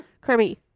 Kirby